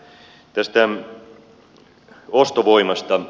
tästä ostovoimasta